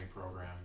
program